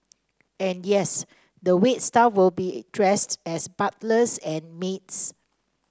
and yes the wait staff will be dressed as butlers and maids